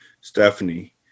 Stephanie